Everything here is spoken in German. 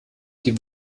die